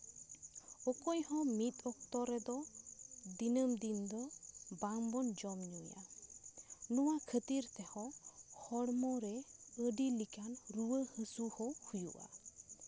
ᱚᱠᱚᱭᱦᱚᱸ ᱢᱤᱫ ᱚᱠᱛᱚ ᱨᱮᱫᱚ ᱫᱤᱱᱟᱹᱢ ᱫᱤᱱ ᱫᱚ ᱵᱟᱝᱵᱚᱱ ᱡᱚᱢ ᱧᱩᱭᱟ ᱱᱚᱣᱟ ᱠᱷᱟᱹᱛᱤᱨ ᱛᱮᱦᱚᱸ ᱦᱚᱲᱢᱚ ᱨᱮ ᱟᱹᱰᱤ ᱞᱮᱠᱟᱱ ᱨᱩᱣᱟᱹ ᱦᱟᱹᱥᱩ ᱦᱚᱸ ᱦᱩᱭᱩᱜᱼᱟ